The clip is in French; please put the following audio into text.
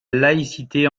laïcité